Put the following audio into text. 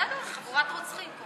בסדר, חבורת רוצחים.